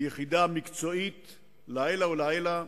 היא יחידה מקצועית לעילא ולעילא,